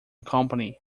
company